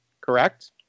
Correct